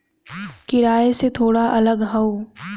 किराए से थोड़ा अलग हौ